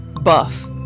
Buff